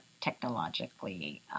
technologically